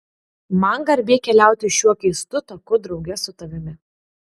man garbė keliauti šiuo keistu taku drauge su tavimi